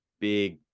big